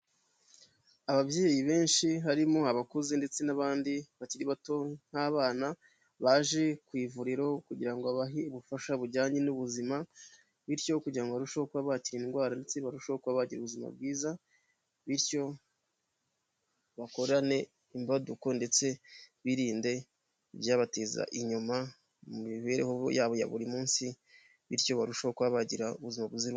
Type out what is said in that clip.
Ababyeyi benshi harimo abakuze ndetse n'abandi bakiri bato nk'abana baje ku ivuriro kugira abahe ubufasha bujyanye n'ubuzima bityo kugira mibereho yabo ya buri munsi bityo barusheho kuba bagira ubuzima buzira.